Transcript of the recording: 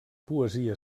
poesia